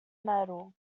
medal